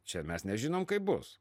čia mes nežinom kaip bus